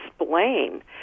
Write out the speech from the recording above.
explain